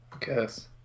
Guess